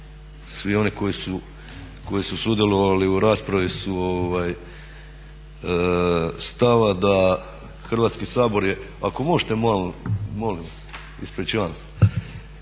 svi oni koji su sudjelovali u raspravi su stava da Hrvatski sabor je jedini koji može imenovati